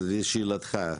לשאלתך,